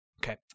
Okay